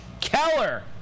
Keller